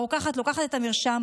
הרוקחת לוקחת את המרשם,